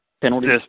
penalties